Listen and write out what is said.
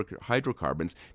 hydrocarbons